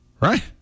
right